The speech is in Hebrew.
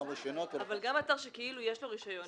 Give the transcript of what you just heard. אבל גם אתר שכאילו יש לו רשיון,